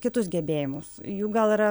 kitus gebėjimus jų gal yra